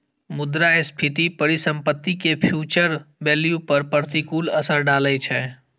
मुद्रास्फीति परिसंपत्ति के फ्यूचर वैल्यू पर प्रतिकूल असर डालै छै